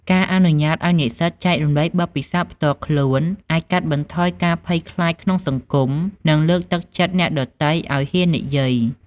ការអនុញ្ញាតឱ្យនិស្សិតចែករំលែកបទពិសោធន៍ផ្ទាល់ខ្លួនអាចកាត់បន្ថយការភ័យខ្លាចក្នុងសង្គមនិងលើកទឹកចិត្តអ្នកដទៃឱ្យហ៊ាននិយាយ។